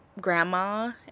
grandma